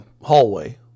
hallway